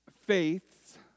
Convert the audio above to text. faiths